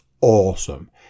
awesome